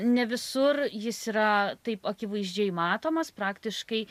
ne visur jis yra taip akivaizdžiai matomas praktiškai